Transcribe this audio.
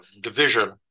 division